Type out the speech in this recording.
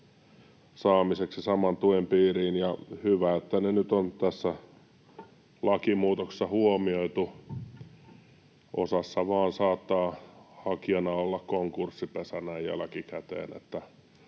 saamiseksi saman tuen piiriin, ja on hyvä, että ne nyt on tässä lakimuutoksessa huomioitu. Osassa vaan saattaa hakijana olla konkurssipesä näin jälkikäteen.